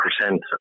percent